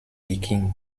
viking